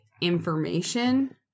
information